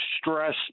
stress